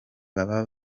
baba